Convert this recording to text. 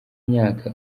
myaka